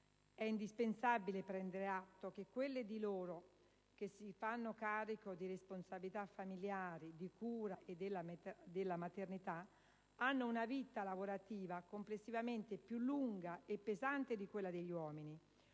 È indispensabile prendere atto che quelle di loro che si fanno carico di responsabilità familiari, di cura e della maternità, hanno una vita lavorativa complessivamente più lunga e pesante di quella degli uomini,